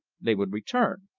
they would return.